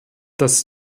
das